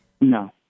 No